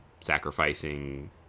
sacrificing